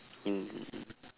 in